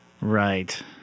Right